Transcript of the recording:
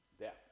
death